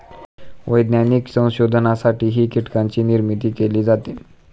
वैज्ञानिक संशोधनासाठीही कीटकांची निर्मिती केली जाते